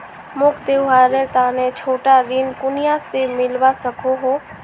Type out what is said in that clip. मोक त्योहारेर तने छोटा ऋण कुनियाँ से मिलवा सको हो?